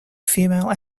female